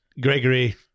Gregory